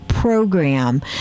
Program